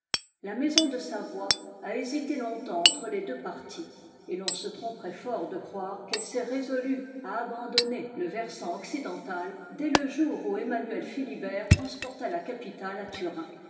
la maison de savoie a hésité longtemps entre les deux partis et l'on se tromperait fort de croire qu'elle s'est résolue à abandonner le versant occidental dès le jour où emmanuel philibert transporta la capitale à turin